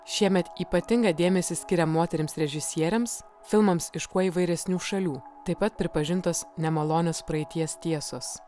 šiemet ypatingą dėmesį skiria moterims režisierėms filmams iš kuo įvairesnių šalių taip pat pripažintas nemalonios praeities tiesos